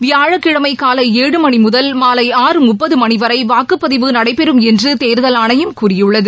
வியாழக்கிழமை காலை ஏழு மணி முதல் மாலை ஆறு முப்பது மணி வரை வாக்குப் பதிவு நடைபெறும் என்று தேர்தல் ஆணையம் கூறியுள்ளது